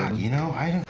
you know i?